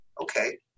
okay